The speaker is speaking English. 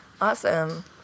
awesome